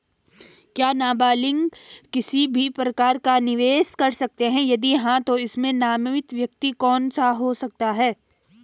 क्या नबालिग किसी भी प्रकार का निवेश कर सकते हैं यदि हाँ तो इसमें नामित व्यक्ति कौन हो सकता हैं?